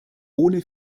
ohne